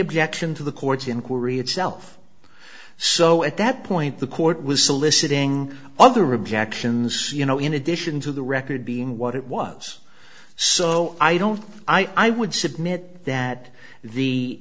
objection to the court's inquiry itself so at that point the court was soliciting other objections you know in addition to the record being what it was so i don't i would submit that the